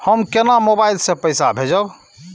हम केना मोबाइल से पैसा भेजब?